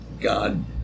God